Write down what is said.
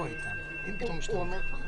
מי בעד